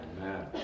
Amen